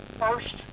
first